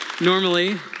Normally